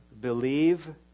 believe